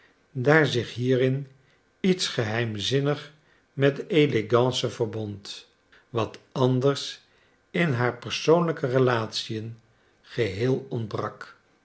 daar zich hierin iets geheimzinnigs met elegance verbond wat anders in haar persoonlijke relatien geheel ontbrak